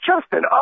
Justin